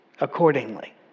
accordingly